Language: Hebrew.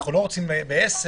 אנחנו לא רוצים ב-10:00.